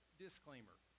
disclaimer